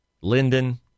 linden